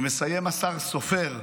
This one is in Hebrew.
ומסיים השר סופר,